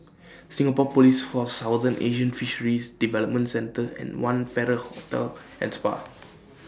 Singapore Police Force Southeast Asian Fisheries Development Centre and one Farrer Hotel and Spa